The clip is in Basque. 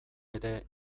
ere